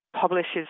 publishes